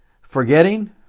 Forgetting